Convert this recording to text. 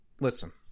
Listen